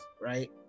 right